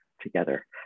together